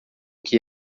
que